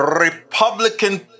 republican